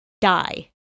die